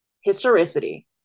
historicity